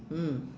mm